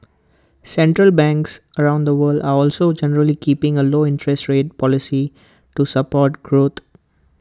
central banks around the world are also generally keeping A low interest rate policy to support growth